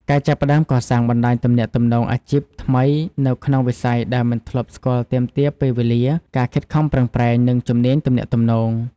ការចាប់ផ្តើមកសាងបណ្តាញទំនាក់ទំនងអាជីពថ្មីនៅក្នុងវិស័យដែលមិនធ្លាប់ស្គាល់ទាមទារពេលវេលា ការខិតខំប្រឹងប្រែង និងជំនាញទំនាក់ទំនង។